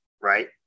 Right